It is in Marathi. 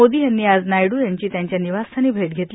मोदी यांनी आज नायडू यांची त्यांच्या निवासस्थानी भेट घेतली